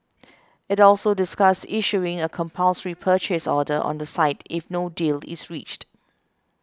it also discussed issuing a compulsory purchase order on the site if no deal is reached